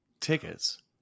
tickets